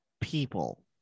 people